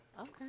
Okay